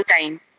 time